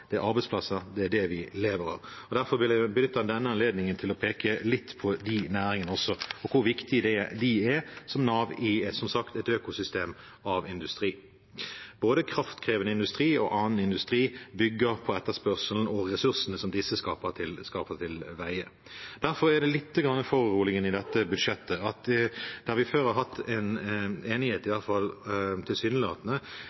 Det er arbeidsplasser, det er det vi lever av. Derfor vil jeg benytte denne anledningen til å peke litt på de næringene også, og hvor viktige de er som nav i, som sagt, et økosystem av industri. Både kraftkrevende industri og annen industri bygger på etterspørselen og ressursene som disse skaffer til veie. Derfor er det litt foruroligende i dette budsjettet at der man før har hatt en enighet,